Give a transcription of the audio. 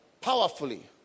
powerfully